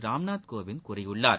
ராம்நாத் கோவிந்த் கூறியுள்ளார்